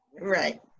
Right